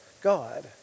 God